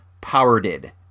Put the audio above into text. powered